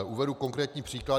Uvedu konkrétní příklad.